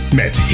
Met